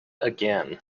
again